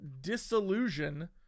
Disillusion